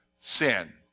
sin